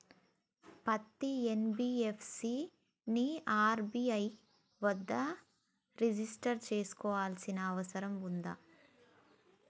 పత్తి ఎన్.బి.ఎఫ్.సి ని ఆర్.బి.ఐ వద్ద రిజిష్టర్ చేసుకోవాల్సిన అవసరం ఉందా?